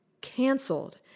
canceled